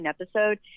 episode